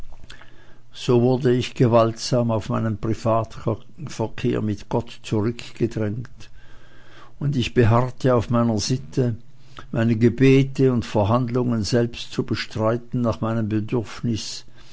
so wurde ich gewaltsam auf meinen privatverkehr mit gott zurückgedrängt und ich beharrte auf meiner sitte meine gebete und verhandlungen selbst zu bestreiten nach meinem bedürfnisse